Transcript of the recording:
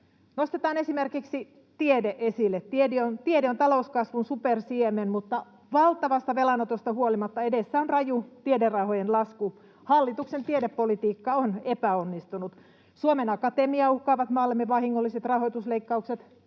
Nostetaan esille esimerkiksi tiede. Tiede on talouskasvun supersiemen, mutta valtavasta velanotosta huolimatta edessä on raju tiederahojen lasku. Hallituksen tiedepolitiikka on epäonnistunut. Suomen Akatemiaa uhkaavat maallemme vahingolliset rahoitusleikkaukset.